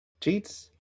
Cheats